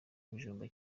ibijumba